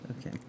Okay